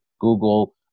Google